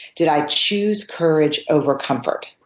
did i choose courage over comfort?